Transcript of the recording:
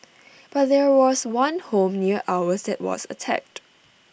but there was one home near ours that was attacked